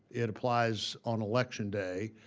it applies on election day.